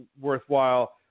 worthwhile